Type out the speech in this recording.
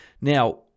Now